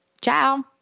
Ciao